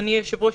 אדוני היושב-ראש,